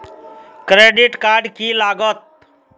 Credit card की लागत?